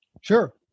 Sure